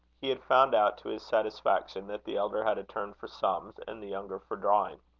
he had found out, to his satisfaction, that the elder had a turn for sums, and the younger for drawing.